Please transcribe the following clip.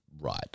right